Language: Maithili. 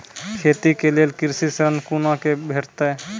खेती के लेल कृषि ऋण कुना के भेंटते?